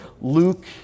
Luke